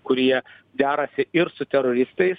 kurie derasi ir su teroristais